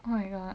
oh my god